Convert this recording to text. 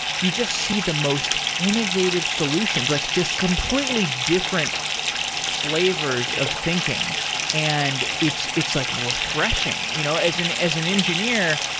you just see the most innovative solutions, like just completely different flavors of thinking and it's it's like refreshing. you know as an as an engineer,